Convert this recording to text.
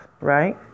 right